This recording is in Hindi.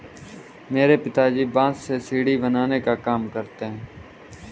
मेरे पिताजी बांस से सीढ़ी बनाने का काम करते हैं